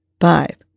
five